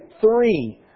three